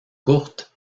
courtes